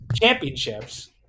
championships